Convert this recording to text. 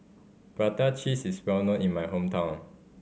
prata cheese is well known in my hometown